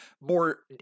more